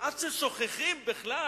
עד ששוכחים בכלל